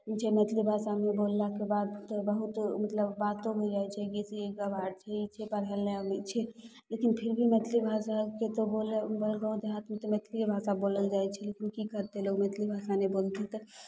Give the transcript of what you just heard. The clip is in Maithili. ई छै मैथिली भाषामे बोललाके बाद तऽ बहुत मतलब बातो हो जाइ छै जइसे ई गँवार छै ई छै पढ़ैले नहि आबै छै लेकिन फिर भी मैथिली भाषाके तऽ बोलल गाम देहातमे तऽ मैथिली भाषा बोलल जाइ छै कि करतै लोक मैथिली भाषा नहि बोलतै तऽ